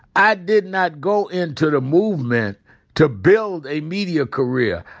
i did not go into the movement to build a media career.